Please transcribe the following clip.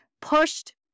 pushed